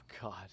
god